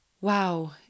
wow